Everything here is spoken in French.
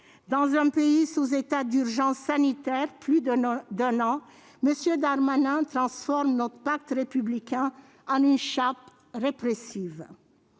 Dans un pays sous état d'urgence sanitaire depuis plus d'un an, M. Darmanin transforme notre pacte républicain en une chape répressive.